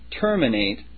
terminate